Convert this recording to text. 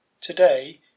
Today